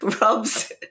rob's